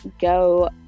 go